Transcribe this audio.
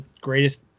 greatest